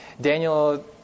Daniel